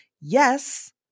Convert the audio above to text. yes